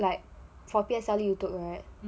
like for P_S_L_E you took that